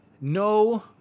No